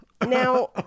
Now